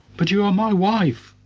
but you are my wife,